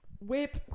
Whip